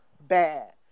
bad